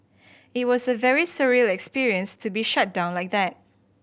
it was a very surreal experience to be shut down like that